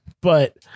but-